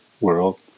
world